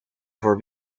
voor